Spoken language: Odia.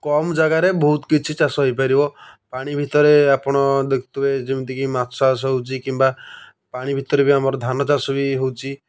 କମ୍ ଜାଗାରେ ବହୁତ କିଛି ଚାଷ ହୋଇପାରିବ ପାଣି ଭିତରେ ଆପଣ ଦେଖୁଥିବେ ଯେମିତିକି ମାଛ ଚାଷ ହେଉଛି କିମ୍ବା ପାଣି ଭିତରେ ବି ଆମର ଧାନ ଚାଷ ବି ହେଉଛି